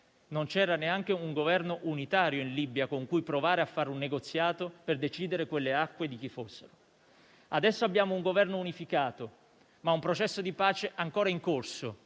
non c'era neanche un Governo unitario con cui provare a fare un negoziato, per decidere di chi fossero quelle acque. Adesso abbiamo un Governo unificato, ma un processo di pace ancora in corso,